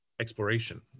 exploration